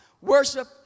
Worship